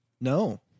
No